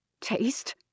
Taste